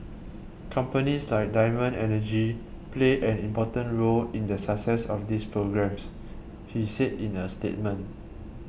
companies like Diamond Energy play an important role in the success of these programmes he said in a statement